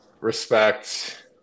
respect